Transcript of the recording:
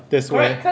that's where